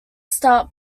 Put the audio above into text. start